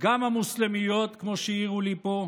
גם המוסלמיות, כמו שהעירו לי פה,